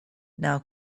now